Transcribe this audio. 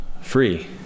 free